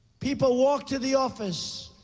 people walk to the office,